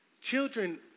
children